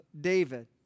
David